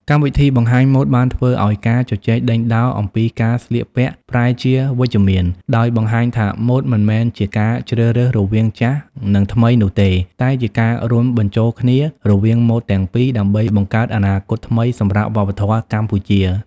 កម្មវិធីបង្ហាញម៉ូដបានធ្វើឱ្យការជជែកដេញដោលអំពីការស្លៀកពាក់ប្រែជាវិជ្ជមាន ដោយបង្ហាញថាម៉ូដមិនមែនជាការជ្រើសរើសរវាង "ចាស់" និង "ថ្មី" នោះទេ តែជាការរួមបញ្ចូលគ្នារវាងម៉ូដទាំងពីរដើម្បីបង្កើតអនាគតថ្មីសម្រាប់វប្បធម៌កម្ពុជា។